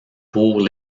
pour